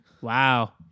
Wow